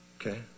Okay